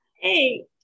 hey